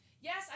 Yes